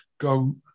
Go